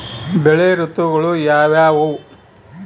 ಬೆಳೆ ಋತುಗಳು ಯಾವ್ಯಾವು?